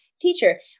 teacher